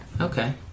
Okay